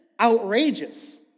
outrageous